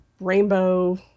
rainbow